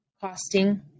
costing